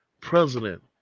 president